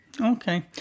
Okay